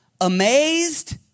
Amazed